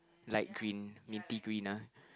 light green nitty green ah